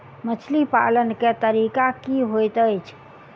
मछली पालन केँ तरीका की होइत अछि?